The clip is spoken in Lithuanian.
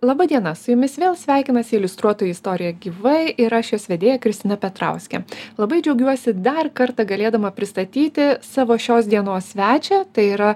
laba diena su jumis vėl sveikinasi iliustruotoji istorija gyvai ir aš jos vedėja kristina petrauskė labai džiaugiuosi dar kartą galėdama pristatyti savo šios dienos svečią tai yra